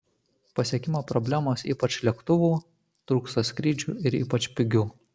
pasiekimo problemos ypač lėktuvų trūksta skrydžių ir ypač pigių